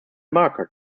market